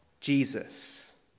Jesus